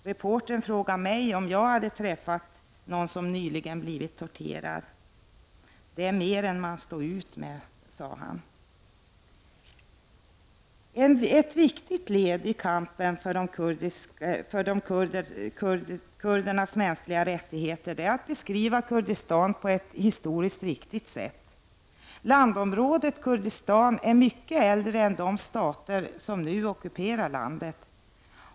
Reportern frågade mig om jag hade träffat någon som nyligen blivit torterad. Det är mer än man står ut med, sade han. Ett viktigt led i kampen för kurdernas mänskliga rättigheter är att man beskriver Kurdistan på ett historiskt riktigt sätt. Landområdet Kurdistan är mycket äldre än de stater som nu ockuperar landet.